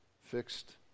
fixed